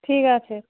ঠিক আছে